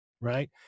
right